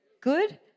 Good